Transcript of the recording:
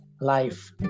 life